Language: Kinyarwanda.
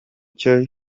cyo